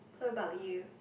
what about you